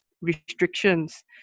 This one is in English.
restrictions